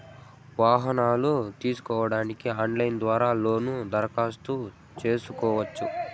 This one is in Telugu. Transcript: వాహనాలు తీసుకోడానికి ఆన్లైన్ ద్వారా లోను దరఖాస్తు సేసుకోవచ్చా?